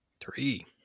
Three